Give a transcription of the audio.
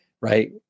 right